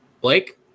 Blake